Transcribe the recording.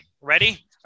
Ready